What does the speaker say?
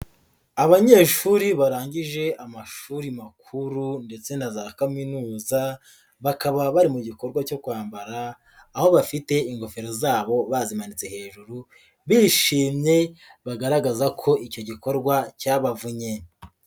Abanyeshuri barangije amashuri makuru ndetse na za kaminuza, bakaba bari mu gikorwa cyo kwambara, aho bafite ingofero zabo bazimanitse hejuru, bishimye bagaragaza ko icyo gikorwa cyabavunye.